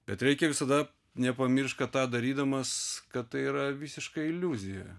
bet reikia visada nepamiršt kad tą darydamas kad tai yra visiška iliuzija